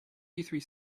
three